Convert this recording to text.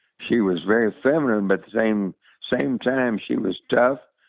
she was very feminine but the same same time she was tough,